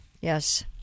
Yes